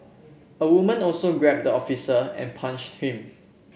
a woman also grabbed the officer and punched him